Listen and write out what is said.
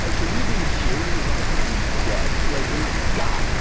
like to me being jaded is almost like being dead, like oh my god, like